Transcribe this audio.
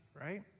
right